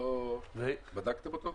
בדקתם אותה?